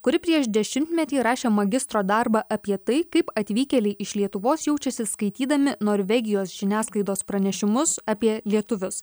kuri prieš dešimtmetį rašė magistro darbą apie tai kaip atvykėliai iš lietuvos jaučiasi skaitydami norvegijos žiniasklaidos pranešimus apie lietuvius